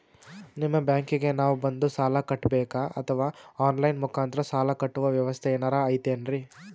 ನಿಮ್ಮ ಬ್ಯಾಂಕಿಗೆ ನಾವ ಬಂದು ಸಾಲ ಕಟ್ಟಬೇಕಾ ಅಥವಾ ಆನ್ ಲೈನ್ ಮುಖಾಂತರ ಸಾಲ ಕಟ್ಟುವ ವ್ಯೆವಸ್ಥೆ ಏನಾರ ಐತೇನ್ರಿ?